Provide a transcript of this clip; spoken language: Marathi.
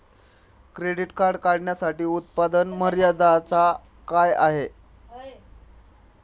क्रेडिट कार्ड काढण्यासाठी उत्पन्न मर्यादा काय आहे?